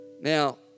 Now